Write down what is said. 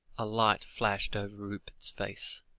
a light flashed over rupert's face.